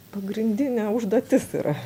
pagrindinė užduotis yra